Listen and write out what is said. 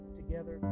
together